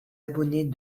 abonnés